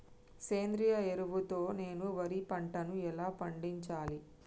సేంద్రీయ ఎరువుల తో నేను వరి పంటను ఎలా పండించాలి?